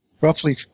roughly